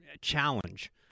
challenge